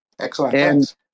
Excellent